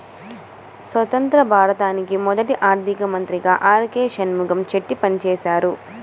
స్వతంత్య్ర భారతానికి మొదటి ఆర్థిక మంత్రిగా ఆర్.కె షణ్ముగం చెట్టి పనిచేసారు